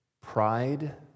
pride